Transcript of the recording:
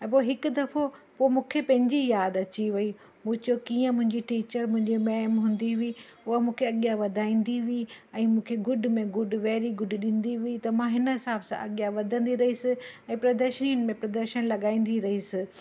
पोइ हिकु दफ़ो मूंखे पंहिंजी याद अची वेई मूं चयो कीअं मुंहिंजी टीचर मुंहिंजी मैम हूंदी हुई उहा मूंखे अॻियां वधाईंदी हुई ऐं मूंखे गुड में गुड वेरी गुड ॾींदी हुई त मां हिन हिसाब सां अॻियां वधंदी रहियसि ऐं प्रदर्शननि में प्रदर्शन लॻाईंदी रहियसि